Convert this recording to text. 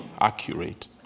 accurate